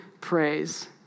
praise